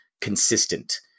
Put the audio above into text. consistent